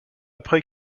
après